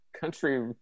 country